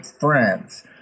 friends